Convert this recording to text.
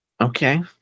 Okay